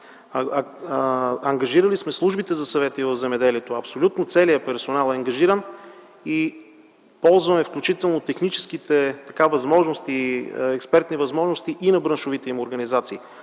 ангажирали сме службите за съвети в земеделието. Абсолютно целият персонал е ангажиран и ползваме включително техническите експертни възможности и на браншовите им организации.